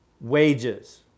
Wages